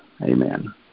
Amen